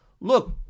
look